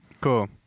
cool